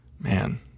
Man